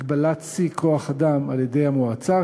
מגבלת שיא כוח-אדם על-ידי המועצה,